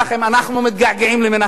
אנחנו מתגעגעים למנחם בגין,